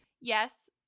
yes